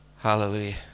Hallelujah